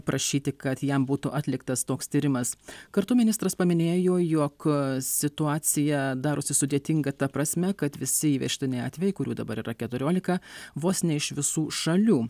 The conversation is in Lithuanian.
prašyti kad jam būtų atliktas toks tyrimas kartu ministras paminėjo jog situacija darosi sudėtinga ta prasme kad visi įvežtiniai atvejai kurių dabar yra keturiolika vos ne iš visų šalių